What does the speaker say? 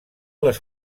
les